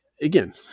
again